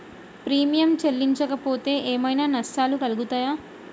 Premium చెల్లించకపోతే ఏమైనా నష్టాలు కలుగుతయా?